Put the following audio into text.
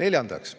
Neljandaks